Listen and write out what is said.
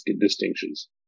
distinctions